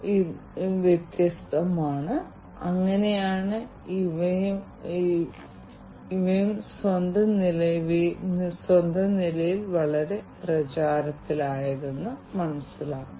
അതിനാൽ ഈ അടിസ്ഥാന പ്രശ്നങ്ങളിലേക്ക് കൂടുതൽ ആഴത്തിൽ അന്വേഷിക്കാൻ നിങ്ങൾക്ക് താൽപ്പര്യമുണ്ടെങ്കിൽ നിങ്ങൾക്കായി ഈ റഫറൻസുകളിൽ ചിലത് ഇവയാണ് ഇതോടെ ഞങ്ങൾ അവസാനിക്കും